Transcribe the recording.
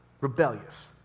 rebellious